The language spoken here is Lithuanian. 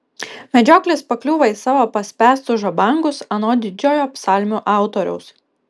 medžioklis pakliūva į savo paspęstus žabangus anot didžiojo psalmių autoriaus